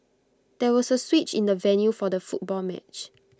there was A switch in the venue for the football match